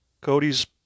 Cody's